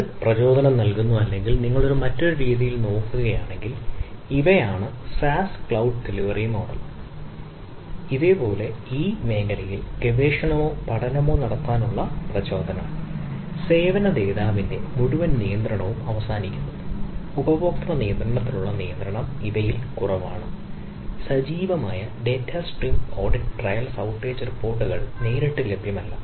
അത് പ്രചോദനം നൽകുന്നു അല്ലെങ്കിൽ നിങ്ങൾ മറ്റൊരു രീതിയിൽ നോക്കുകയാണെങ്കിൽ ഇവയാണ് SaaS ക്ലൌഡ് ഡെലിവറി മോഡൽ നേരിട്ട് ലഭ്യമല്ല